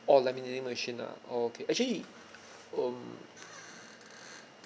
orh laminating machine ah okay actually um